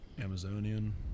Amazonian